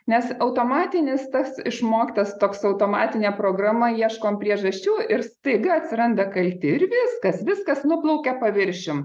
nes automatinis tas išmoktas toks automatinė programa ieškom priežasčių ir staiga atsiranda kalti ir viskas viskas nuplaukia paviršiumi